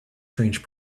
strange